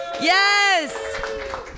Yes